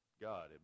God